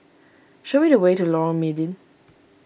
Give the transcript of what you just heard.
show me the way to Lorong Mydin